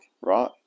right